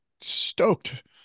stoked